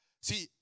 See